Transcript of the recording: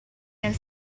nel